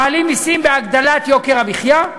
מעלים מסים בהגדלת יוקר המחיה,